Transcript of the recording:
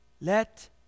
let